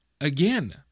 again